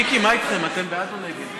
נו,